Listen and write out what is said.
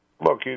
Look